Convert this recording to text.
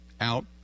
out